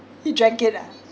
he drank it ah